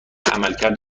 عملکرد